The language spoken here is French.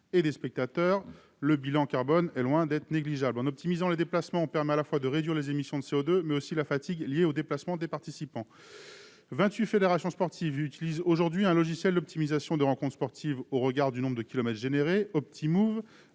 et des spectateurs. Le bilan carbone est loin d'être négligeable. En optimisant les déplacements, on peut réduire non seulement les émissions de CO2, mais aussi la fatigue induite pour les participants. Vingt-huit fédérations sportives utilisent aujourd'hui un logiciel d'optimisation des rencontres sportives au regard du nombre de kilomètres réalisés, appelé